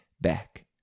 back